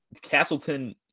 Castleton